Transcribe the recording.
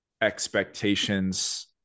expectations